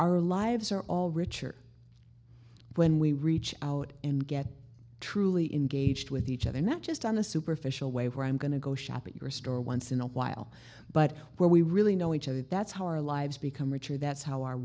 our lives are all richer when we reach out and get truly in gauged with each other not just on the superficial way where i'm going to go shopping or store once in a while but where we really know each other that's how our lives become richer that's how our